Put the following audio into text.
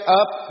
up